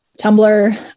Tumblr